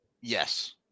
yes